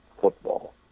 football